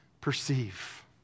perceive